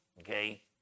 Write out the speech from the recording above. okay